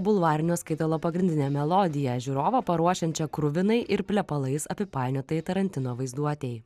bulvarinio skaitalo pagrindinė melodija žiūrovą paruošiančia kruvinai ir plepalais apipainiotai tarantino vaizduotei